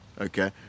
Okay